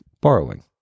borrowing